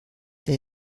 der